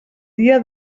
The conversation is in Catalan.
dia